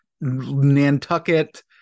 nantucket